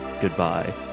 goodbye